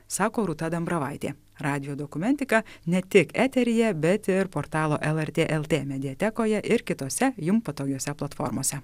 sako rūta dambravaitė radijo dokumentika ne tik eteryje bet ir portalo lrt lt mediatekoje ir kitose jum patogiose platformose